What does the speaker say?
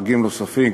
חגים נוספים,